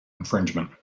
infringement